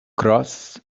crosses